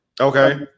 Okay